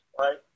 Right